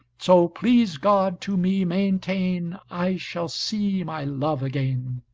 so please god to me maintain i shall see my love again,